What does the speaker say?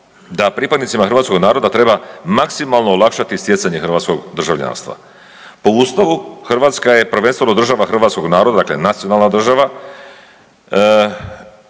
da pripadnicima hrvatskog naroda treba maksimalno olakšati stjecanje hrvatskog državljanstva. Po Ustavu, Hrvatska je prvenstveno država hrvatskog naroda, dakle nacionalna država,